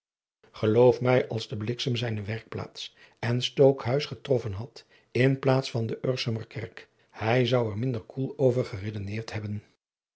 geloof mij als de bliksem zijne werkplaats en stookhuis geadriaan loosjes pzn het leven van hillegonda buisman troffen had in plaats van de urshemmer kerk hij zou er minder koel over geredeneerd hebben